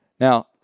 Now